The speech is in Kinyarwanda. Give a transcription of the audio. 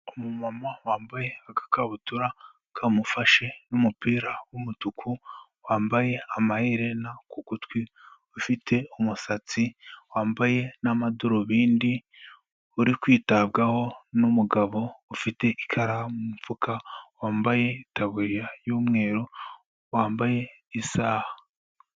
Umumama wambaye agakabutura kamufashe, n'umupira w'umutuku, wambaye amaherena ku gutwi, ufite umusatsi, wambaye n'amadarubindi, uri kwitabwaho, n'umugabo ufite ikaramu mu mufuka, wambaye itaburiya y'umweru, wambaye isaha.